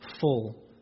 full